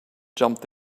jumped